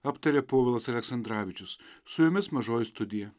aptarė povilas aleksandravičius su jumis mažoji studija